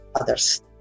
others